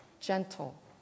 gentle